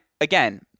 Again